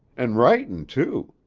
an' writin' too.